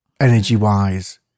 energy-wise